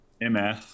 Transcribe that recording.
MS